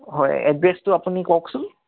হয় এড্ৰেছটো আপুনি কওকচোন